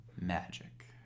Magic